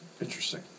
Interesting